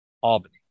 Albany